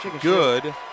Good